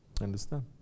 Understand